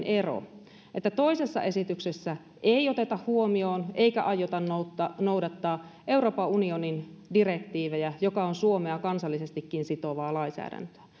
ero että toisessa esityksessä ei oteta huomioon eikä aiota noudattaa noudattaa euroopan unionin direktiivejä jotka ovat suomea kansallisestikin sitovaa lainsäädäntöä